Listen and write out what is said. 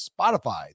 Spotify